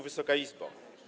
Wysoka Izbo!